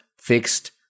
fixed